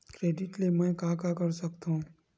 Credit ले मैं का का कर सकत हंव?